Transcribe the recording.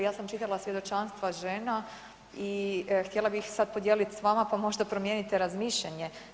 Ja sam čitala svjedočanstva žena i htjela bi ih sad podijeliti s vama, pa možda promijenite razmišljanje.